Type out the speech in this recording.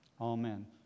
Amen